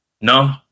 No